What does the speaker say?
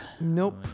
Nope